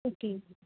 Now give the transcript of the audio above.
okay